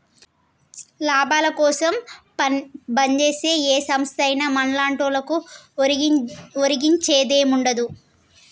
లాభాలకోసం పంజేసే ఏ సంస్థైనా మన్లాంటోళ్లకు ఒరిగించేదేముండదు